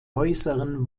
äußeren